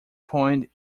point